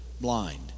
blind